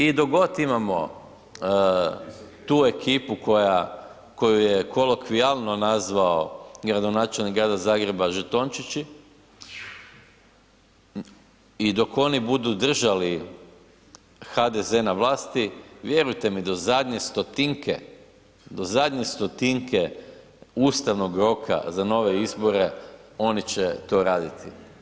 I dok god imamo tu ekipu koja, koju je kolokvijalno nazvao gradonačelnik Grada Zagreba, žetončići i dok oni budu držali HDZ na vlasti, vjerujte mi, do zadnje stotinke, do zadnje stotinke ustavnog roka za nove izbore oni će to raditi.